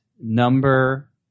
number